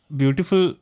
beautiful